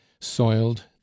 soiled